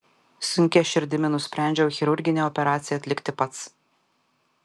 sunkia širdimi nusprendžiau chirurginę operaciją atlikti pats